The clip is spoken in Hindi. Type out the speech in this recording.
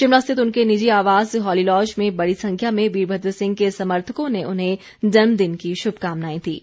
शिमला स्थित उनके निजी आवास हॉली लॉज में बड़ी संख्या में वीरभद्र सिंह के समर्थकों ने उन्हें जन्मदिन की शुभकामनाएं दीं